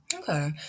Okay